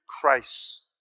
Christ